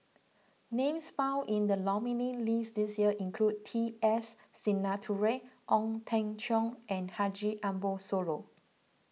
names found in the nominees' list this year include T S Sinnathuray Ong Teng Cheong and Haji Ambo Sooloh